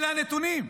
אלה הנתונים.